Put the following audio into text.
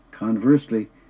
Conversely